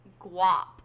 guap